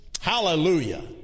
Hallelujah